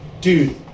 dude